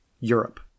Europe